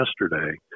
yesterday